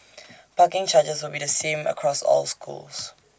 parking charges will be the same across all schools